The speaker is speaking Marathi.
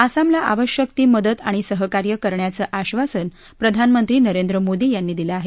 आसामला आवश्यक ती मदत आणि सहकार्य करण्याचं आश्वासन प्रधानमंत्री नरेंद्र मोदी यांनी दिलं आहे